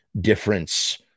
difference